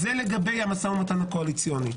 זה לגבי המשא ומתן הקואליציוני.